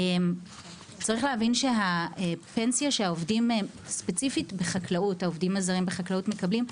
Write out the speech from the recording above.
צריך להבין שהפנסיה שספציפית העובדים הזרים בחקלאות מקבלים,